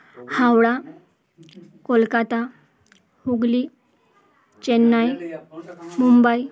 Howrah Kolkata Hooghly Chennai Mumbai